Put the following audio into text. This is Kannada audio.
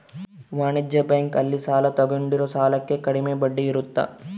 ವಾಣಿಜ್ಯ ಬ್ಯಾಂಕ್ ಅಲ್ಲಿ ಸಾಲ ತಗೊಂಡಿರೋ ಸಾಲಕ್ಕೆ ಕಡಮೆ ಬಡ್ಡಿ ಇರುತ್ತ